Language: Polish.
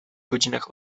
godzinach